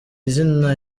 izina